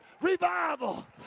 revival